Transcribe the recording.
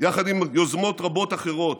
עם יוזמות רבות אחרות,